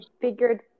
figured